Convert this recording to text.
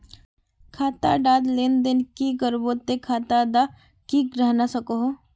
खाता डात लेन देन नि करबो ते खाता दा की रहना सकोहो?